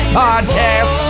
podcast